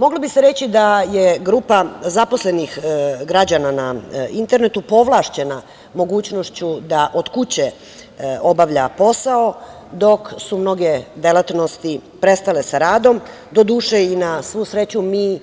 Moglo bi se reći da je grupa zaposlenih građana na internetu povlašćenja mogućnošću da od kuće obavlja posao, dok su mnoge delatnosti prestale sa radom, doduše, i na svu sreću, mi